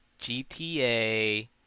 GTA